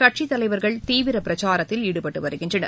கட்சித்தலைவர்கள் தீவிரபிரச்சாரத்தில் ஈடுபட்டுவருகின்றனர்